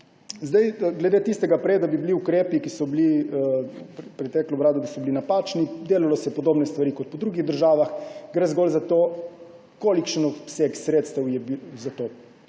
Glede tistega prej, da so bili ukrepi, ki so bili v prejšnji vladi, napačni. Delalo se je podobne stvari kot po drugih državah. Gre zgolj za to, kolikšen obseg sredstev je bil za to